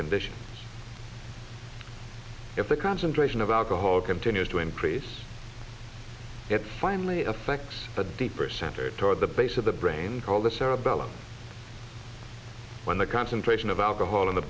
conditions if the concentration of alcohol continues to increase it finally affects the deeper center toward the base of the brain called the cerebellum when the concentration of alcohol in the